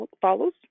follows